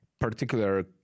particular